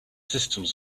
systems